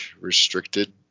restricted